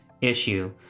issue